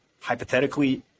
hypothetically